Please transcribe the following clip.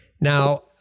Now